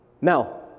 now